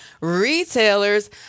retailers